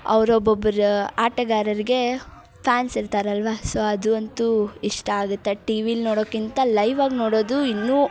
ಅವ್ರು ಒಬ್ಬೊಬ್ರು ಆಟಗಾರರಿಗೆ ಫ್ಯಾನ್ಸ್ ಇರ್ತಾರಲ್ಲವಾ ಸೋ ಅದು ಅಂತೂ ಇಷ್ಟ ಆಗುತ್ತೆ ಟಿ ವಿಲಿ ನೋಡೋಕ್ಕಿಂತ ಲೈವಾಗಿ ನೋಡೋದು ಇನ್ನೂ